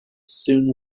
soon